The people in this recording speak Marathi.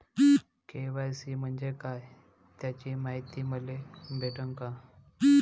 के.वाय.सी म्हंजे काय त्याची मायती मले भेटन का?